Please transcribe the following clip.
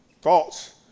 thoughts